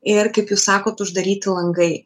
ir kaip jūs sakot uždaryti langai